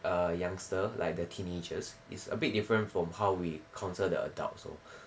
err youngster like the teenagers is a bit different from how we counsel the adults so